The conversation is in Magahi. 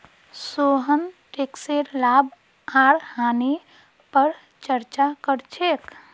सोहन टैकसेर लाभ आर हानि पर चर्चा कर छेक